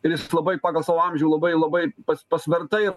ir jis labai pagal savo amžių labai labai pas pasvertai